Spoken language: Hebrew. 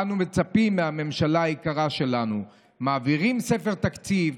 אנו מצפים מהממשלה היקרה שלנו: מעבירים ספר תקציב,